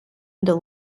into